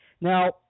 Now